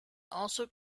also